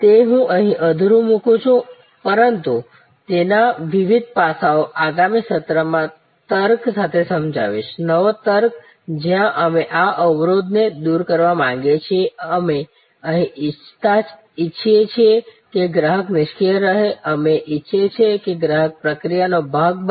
તે હું અહી અધૂરું મૂકું છું પરંતુ તેના વિવિધ પાસાઓ આગામી સત્રમાં તર્ક સાથે સમજવીશ નવો તર્ક જ્યાં અમે આ અવરોધને દૂર કરવા માંગીએ છીએ અમે નથી ઈચ્છતા કે ગ્રાહક નિષ્ક્રિય રહે અમે ઇચ્છીએ છીએ કે ગ્રાહક પ્રક્રિયાનો ભાગ બને